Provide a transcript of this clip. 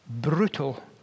Brutal